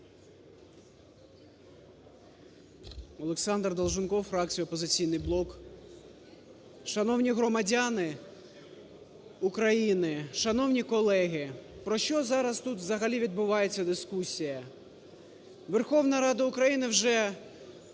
Олександр Долженков, фракція "Опозиційний блок". Шановні громадяни України, шановні колеги, про що зараз тут взагалі відбувається дискусія? Верховна Рада України вже